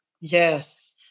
Yes